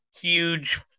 huge